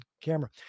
camera